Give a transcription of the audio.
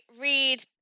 read